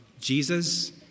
Jesus